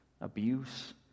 abuse